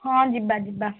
ହଁ ଯିବା ଯିବା